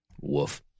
Woof